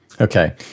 Okay